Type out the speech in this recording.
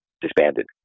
disbanded